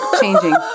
changing